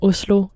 Oslo